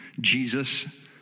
Jesus